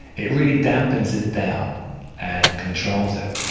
it really dampens it down and controls it,